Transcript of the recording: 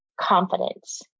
confidence